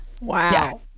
Wow